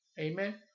Amen